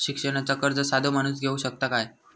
शिक्षणाचा कर्ज साधो माणूस घेऊ शकता काय?